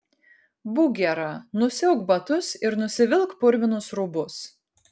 būk gera nusiauk batus ir nusivilk purvinus rūbus